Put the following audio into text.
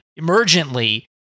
emergently